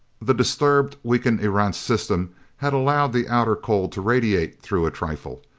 the disturbed, weakened erentz system had allowed the outer cold to radiate through a trifle.